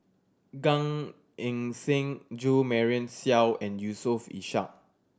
Gan Eng Seng Jo Marion Seow and Yusof Ishak